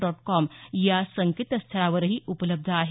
dot com या संकेतस्थळावरही उपलब्ध आहे